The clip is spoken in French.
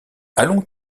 allons